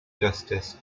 justice